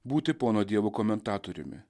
būti pono dievo komentatoriumi